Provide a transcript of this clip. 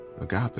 agape